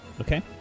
Okay